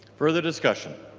further discussion?